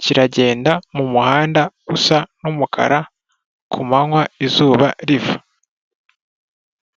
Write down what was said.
kiragenda mu muhanda usa n'umukara ku manywa izuba riva.